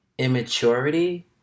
Immaturity